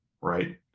right